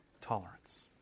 tolerance